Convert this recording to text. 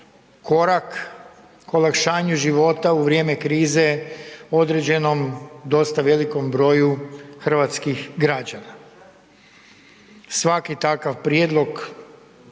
korak k olakšanju života u vrijeme krize određenom, dosta velikom broju hrvatskih građana. Svaki takav prijedlog,